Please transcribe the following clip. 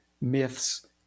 myths